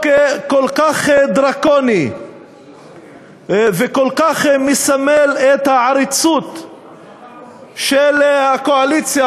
כל כך דרקוני וכל כך מסמל את העריצות של הקואליציה,